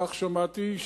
כך שמעתי,